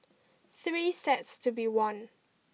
three sets to be won